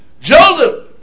Joseph